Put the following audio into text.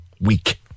week